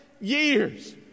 years